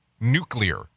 nuclear